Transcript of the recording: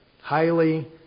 highly